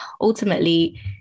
ultimately